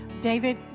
David